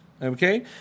Okay